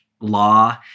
Law